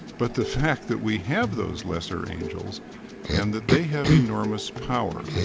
but the fact that we have those lesser angels and that they have enormous power.